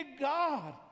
God